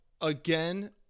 again